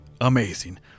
amazing